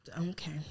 Okay